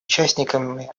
участниками